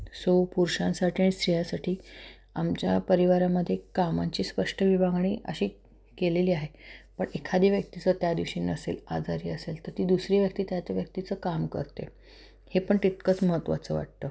so पुरुषांसाठी अणि स्त्रियांसाठी आमच्या परिवारामध्ये कामाची स्पष्ट विभागणी अशी केलेली आहे पण एखादी व्यक्ती जर त्या दिवशी नसेल आजारी असेल तर ती दुसरी व्यक्ती त्या त्या व्यक्तीचं काम करते हे पण तितकंच महत्वाचं वाटतं